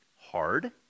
hard